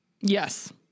Yes